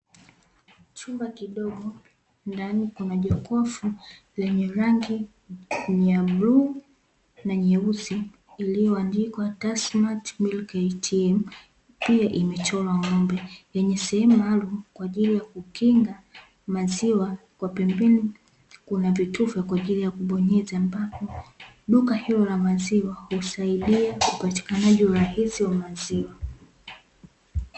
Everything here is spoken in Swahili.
Chumba kidogo ndani kuna jokofu lenye rangi ya bluu na nyeusi iliyoandikwa 'TASSMATT MILK ATM', pia imechorwa ng'ombe. Yenye sehemu maalumu kwa ajili ya kukinga maziwa, kwa pembeni kuna vitufe kwa ajili ya kubonyeza; ambapo duka hilo la maziwa husaidia upatikanaji rahisi wa maziwa.